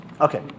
Okay